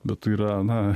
bet tai yra na